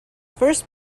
first